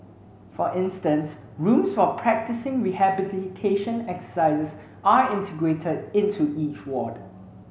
for instance rooms for practising rehabilitation exercises are integrated into each ward